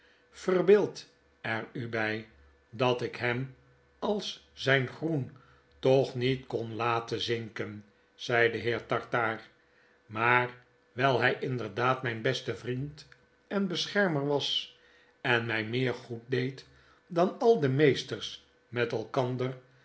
er u bg dat ik hem als zgn groen toch niet kon laten zinken zei de heer tartaar maar wgl hg inderdaad mgn beste vriend en beschermer was en mij meer goed deed dan al de meesters met elkander